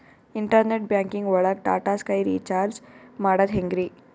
Internet banking ಒಳಗ್ Tata Sky recharge ಮಾಡದ್ ಹೆಂಗ್ರೀ?